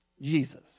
Jesus